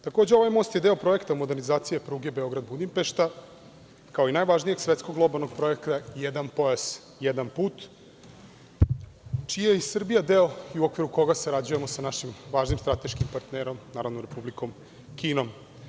Takođe, ovaj most je deo projekta modernizacije pruge Beograd – Budimpešta, kao i najvažnijeg svetskog globalnog projekta „Jedan pojas - jedan put“, čiji je i Srbija deo i u okviru koga sarađujemo sa našim važnim strateškim partnerom, Narodnom Republikom Kinom.